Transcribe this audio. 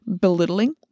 belittling